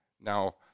now